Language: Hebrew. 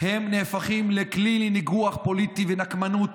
הם הופכים לכלי לניגוח פוליטי ונקמנות